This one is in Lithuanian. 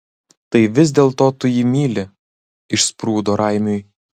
tai vis dėlto tu jį myli išsprūdo raimiui